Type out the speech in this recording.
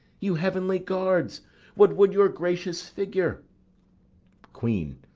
you heavenly guards what would your gracious figure queen.